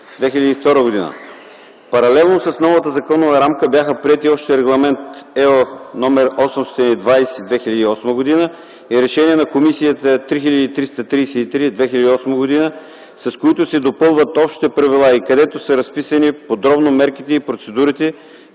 2320/2002. Паралелно с новата законова рамка бяха приети още Регламент (ЕО) № 820/2008 и Решение на Комисията 4333/2008, с които се допълват общите правила и където са разписани подробно мерките и процедурите,